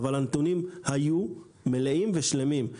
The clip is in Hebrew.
אבל, הנתונים היו מלאים ושלמים.